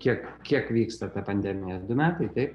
kiek kiek vyksta ta pandemija du metai taip